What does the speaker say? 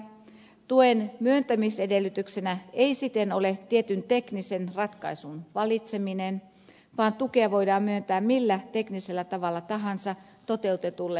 tuen myöntämisedellytyksenä ei siten ole tietyn teknisen ratkaisun valitseminen vaan tukea voidaan myöntää millä teknisellä tavalla tahansa toteutetulle laajakaistaverkolle